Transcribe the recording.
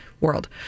world